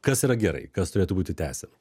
kas yra gerai kas turėtų būti tęsiama